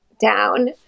down